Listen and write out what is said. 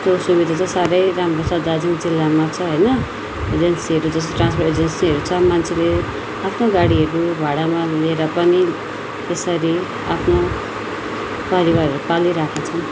त्यो सुविधा चाहिँ साह्रै राम्रो छ दार्जिलिङ जिल्लामा चाहिँ होइन एजेन्सीहरू जस्तो ट्रान्सपोर्ट एजेन्सीहरू छ मान्छेले आफ्नो गाडीहरू भाडामा लिएर पनि त्यसरी आफ्नो परिवारहरू पालिरहेको छ